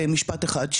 אחד,